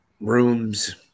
rooms